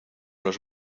los